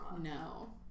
No